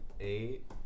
Eight